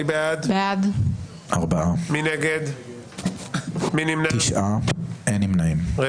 הצבעה בעד, 4 נגד, 9 נמנעים, אין לא אושרה.